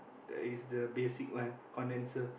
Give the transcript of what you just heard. that is the basic one condensor